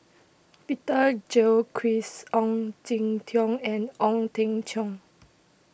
Peter Gilchrist Ong Jin Teong and Ong Teng Cheong